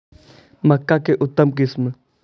मक्का के उतम किस्म?